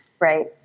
Right